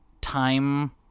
time